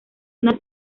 una